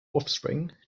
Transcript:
offspring